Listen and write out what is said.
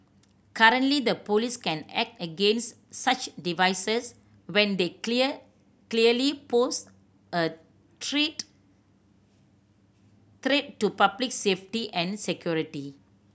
currently the police can act against such devices when they clear clearly pose a treat threat to public safety and security